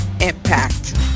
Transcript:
impact